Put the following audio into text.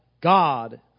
God